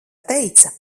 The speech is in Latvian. teica